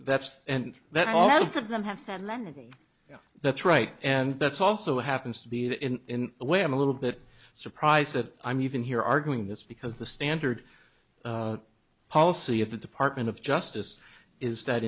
that's and that also of them have solemnity yeah that's right and that's also happens to be in a way i'm a little bit surprised that i'm even here arguing this because the standard policy of the department of justice is that